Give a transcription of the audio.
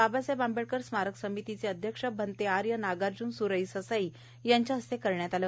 बाबासाहेब आबेडकर स्मारक समितीचे अध्यक्ष भंते आर्य नागार्ज्न स्रई ससाई यांच्या हस्ते करण्यात आल